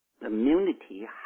Immunity